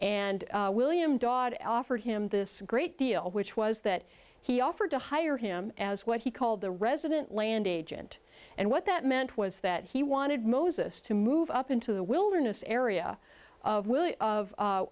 and william dawoud offered him this great deal which was that he offered to hire him as what he called the resident land agent and what that meant was that he wanted moses to move up into the wilderness area of